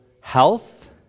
health